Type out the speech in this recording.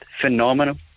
phenomenal